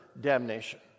damnation